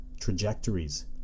trajectories